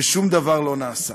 ושום דבר לא נעשה.